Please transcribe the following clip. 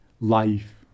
life